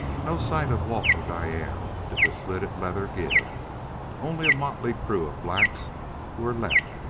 no sight of walt or diane did the slitted leather give only a motley crew of blacks who were left,